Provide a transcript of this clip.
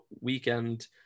weekend